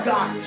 God